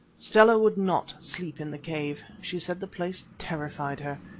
stella would not sleep in the cave she said the place terrified her,